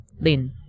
Lin